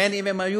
בין אם יהודים,